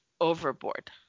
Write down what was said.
overboard